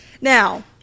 Now